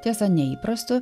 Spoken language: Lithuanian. tiesa neįprastu